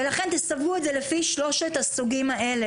לכן תסווגו את זה לפי שלושת הסוגים האלה.